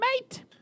mate